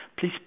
please